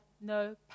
no